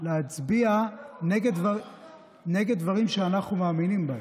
להצביע נגד דברים שאנחנו מאמינים בהם.